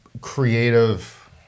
creative